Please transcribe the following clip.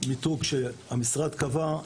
ממותגים במיתוג שהמשרד קבע,